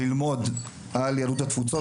ללמוד על יהדות התפוצות,